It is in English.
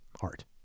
Art